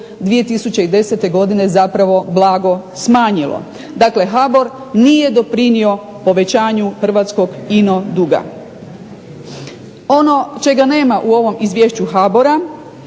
2010. godine zapravo blago smanjilo. Dakle, HBOR nije doprinio povećanju hrvatskog ino duga. Ono čega nema u ovom izvješću HBOR-a